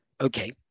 okay